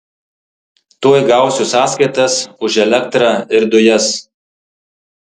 tuoj gausiu sąskaitas už elektrą ir dujas